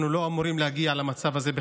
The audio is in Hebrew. אנחנו לא אמורים בכלל להגיע למצב הזה.